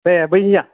ए बैनिया